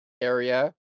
area